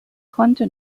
konnte